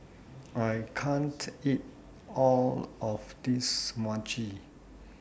I can't eat All of This Mochi